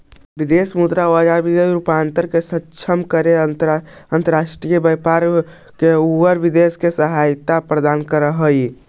विदेश मुद्रा बाजार मुद्रा रूपांतरण के सक्षम करके अंतर्राष्ट्रीय व्यापार औउर निवेश में सहायता प्रदान करऽ हई